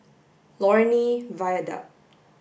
Lornie Viaduct